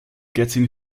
getting